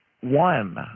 one